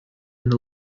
and